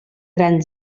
gran